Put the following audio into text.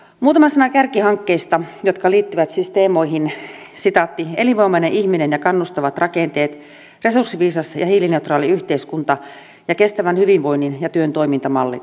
muutama sana kärkihankkeista jotka liittyvät siis teemoihin elinvoimainen ihminen ja kannustavat rakenteet resurssiviisas ja hiilineutraali yhteiskunta ja kestävän hyvinvoinnin ja työn toimintamallit